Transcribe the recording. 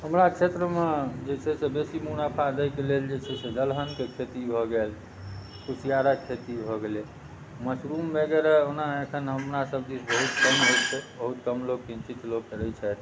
हमरा क्षेत्रमे जे छै से बेसी मुनाफा दैके लेल जे छै से दलहनके खेती भऽ गेल कुसिआरके खेती भऽ गेलै मशरूम वगैरह ओना एखन हमरासब दिस बहुत कम होइ छै बहुत कम लोक किञ्चित लोक करै छथि